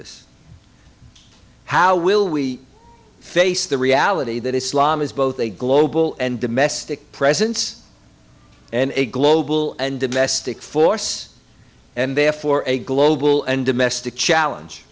this how will we face the reality that islam is both a global and domestic presence and a global and domestic force and therefore a global and domestic challenge